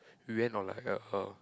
we went on like a uh